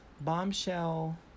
bombshell